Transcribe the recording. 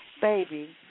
Baby